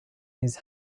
his